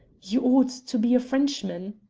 you ought to be a frenchman.